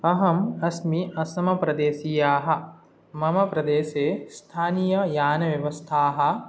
अहं अस्मि असमप्रदेशीया मम प्रदेशे स्थानीययानव्यवस्थाः